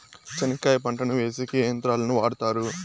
చెనక్కాయ పంటను వేసేకి ఏ యంత్రాలు ను వాడుతారు?